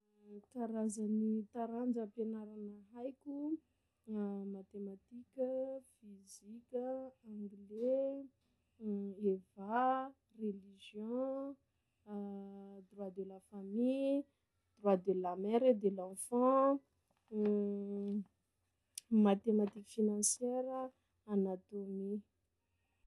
Karazany taranja am-pianarana haiko: matematika, fizika, anglais, EVA, religion, droit de la famille, droit de la mere et de l'enfant, mathematique financiere, anatomie.